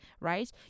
Right